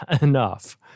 enough